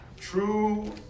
true